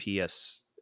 PS